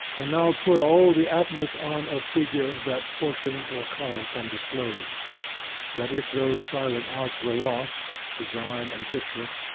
and now put all the aptness on of figure, that proportion or color can disclose that if those silent arts were lost, design and picture,